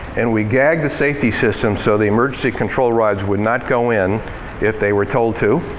and we gagged the safety system so the emergency control rods would not go in if they were told to.